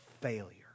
failure